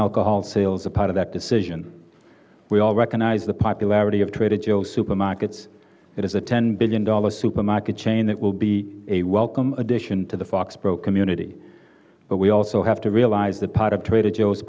alcohol sales are part of that decision we all recognize the popularity of trader joe's supermarkets it is a ten billion dollars supermarket chain that will be a welcome addition to the foxboro community but we also have to realize that part of trader joe's